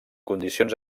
condicions